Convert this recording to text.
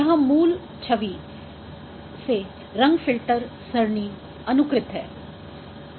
यहाँ मूल छवि से रंग फिल्टर सरणी अनुकृत है